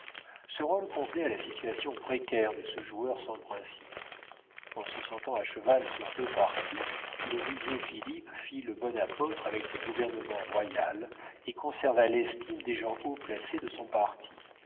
ce rôle convenait à la situation précaire de ce joueur sans principes en se sentant à cheval sur deux partis le rusé philippe fit le bon apôtre avec le gouvernement royal et conserva l'estime des gens haut placés de son parti